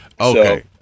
Okay